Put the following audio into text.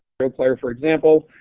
realplayer, for example.